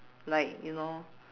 like you know